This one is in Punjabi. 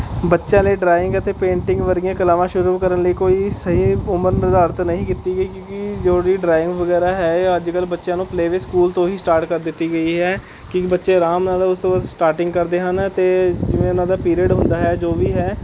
ਬੱਚਿਆਂ ਲਈ ਡਰਾਇੰਗ ਅਤੇ ਪੇਂਟਿੰਗ ਵਰਗੀਆਂ ਕਲਾਵਾਂ ਸ਼ੁਰੂ ਕਰਨ ਲਈ ਕੋਈ ਸਹੀ ਉਮਰ ਨਿਰਧਾਰਤ ਨਹੀਂ ਕੀਤੀ ਗਈ ਕਿਉਂਕਿ ਜੋ ਜਿਹੜੀ ਡਰਾਇੰਗ ਵਗੈਰਾ ਹੈ ਅੱਜ ਕੱਲ੍ਹ ਬੱਚਿਆਂ ਨੂੰ ਪਲੇਅਵੇਅ ਸਕੂਲ ਤੋਂ ਹੀ ਸਟਾਰਟ ਕਰ ਦਿੱਤੀ ਗਈ ਹੈ ਕਿਉਂਕਿ ਬੱਚੇ ਆਰਾਮ ਨਾਲ ਉਸ ਤੋਂ ਸਟਾਰਟਿੰਗ ਕਰਦੇ ਹਨ ਅਤੇ ਜਿਵੇਂ ਉਨ੍ਹਾਂ ਦਾ ਪੀਰੀਅਡ ਹੁੰਦਾ ਹੈ ਜੋ ਵੀ ਹੈ